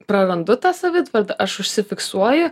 prarandu tą savitvardą aš užsifiksuoji